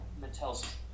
Mattel's